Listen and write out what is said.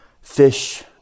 fish